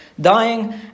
dying